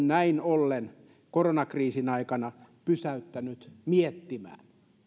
näin ollen koronakriisin aikana pysäyttäneet miettimään